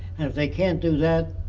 and if they can't do that,